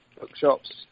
bookshops